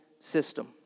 system